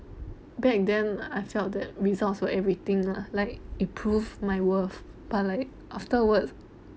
back then I felt that results were everything lah like improve my worth but like afterwards